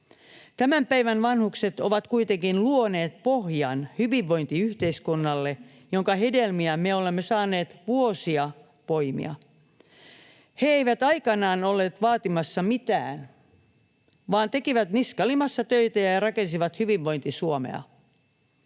Tämän päivän vanhukset ovat kuitenkin luoneet pohjan hyvinvointiyhteiskunnalle, jonka hedelmiä me olemme saaneet vuosia poimia. He eivät aikanaan olleet vaatimassa mitään vaan tekivät niska limassa töitä ja rakensivat hyvinvointi-Suomea.